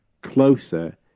closer